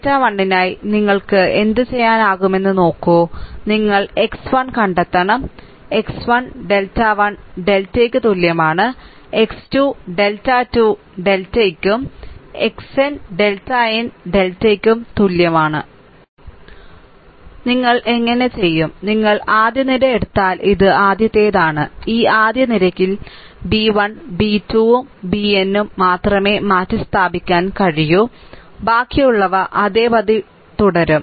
delta 1 നായി നിങ്ങൾക്ക് എന്തുചെയ്യാനാകുമെന്ന് നോക്കൂ നിങ്ങൾ x 1 കണ്ടെത്തണം x 1 ഡെൽറ്റ 1 ഡെൽറ്റയ്ക്ക് തുല്യമാണ് x 2 ഡെൽറ്റ 2 ഡെൽറ്റയ്ക്കും xn ഡെൽറ്റ n ഡെൽറ്റയ്ക്കും തുല്യമാണ് നിങ്ങൾ എങ്ങനെ ചെയ്യും നിങ്ങൾ ആദ്യ നിര എടുത്താൽ ഇത് ആദ്യത്തേതാണ് ഈ ആദ്യ നിരയ്ക്ക് b 1 b 2 ഉം bn ഉം മാത്രമേ മാറ്റിസ്ഥാപിക്കാൻ കഴിയൂ ബാക്കിയുള്ളവ അതേപടി തുടരും